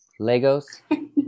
Legos